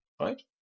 right